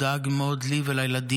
הוא דאג מאוד לי ולילדים,